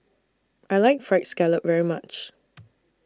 I like Fried Scallop very much